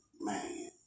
man